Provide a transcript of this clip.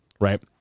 right